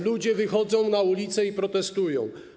Ludzie wychodzą na ulice i protestują.